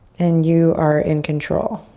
and you are in control.